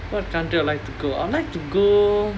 what do you like I'd to go I'd like to go